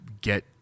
get